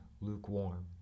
lukewarm